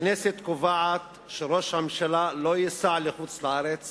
הכנסת קובעת שראש הממשלה לא ייסע לחוץ-לארץ